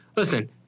Listen